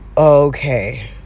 okay